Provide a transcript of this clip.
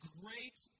great